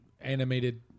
animated